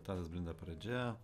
tadas blinda pradžia